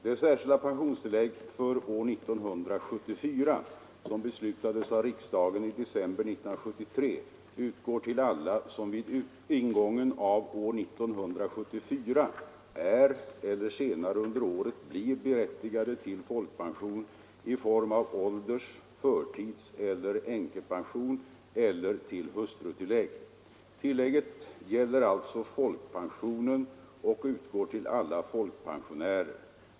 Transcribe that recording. Det särskilda pensionstillägg för år 1974 som beslutades av riksdagen i december 1973 utgår till alla som vid ingången av år 1974 är eller senare under året blir berättigade till folkpension i form av ålders-, förtidseller änkepension eller till hustrutillägg. Tillägget gäller alltså folkpensionen och utgår till alla folkpensionärer.